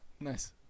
Nice